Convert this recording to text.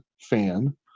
fan